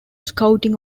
scouting